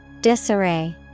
Disarray